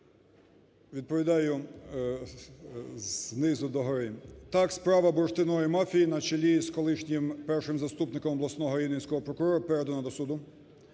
Відповідаю знизу до гори. Так, справа бурштинової мафії на чолі з колишнім першим заступником обласного рівненського прокурора передано до суду.